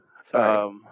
sorry